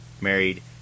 married